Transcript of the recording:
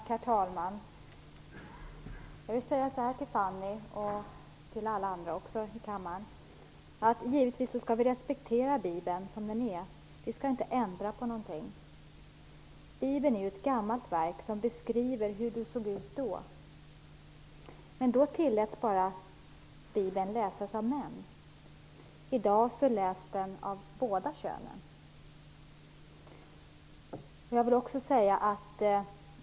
Herr talman! Jag vill till Fanny Rizell och andra säga så här: Givetvis skall vi respektera Bibeln som den är. Vi skall inte ändra på någonting. Bibeln är ett gammalt verk som beskriver hur det såg ut då. Men då tilläts Bibeln läsas bara av män. I dag läses den av båda könen.